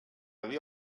dia